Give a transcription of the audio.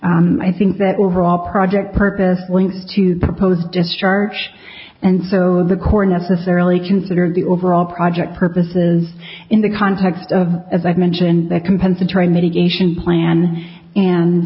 s i think that overall project purpose links to propose discharge and so the core necessarily considered the overall project purposes in the context of as i mentioned the compensatory mitigation plan and